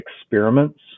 experiments